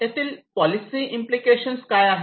याचे policy implication काय आहे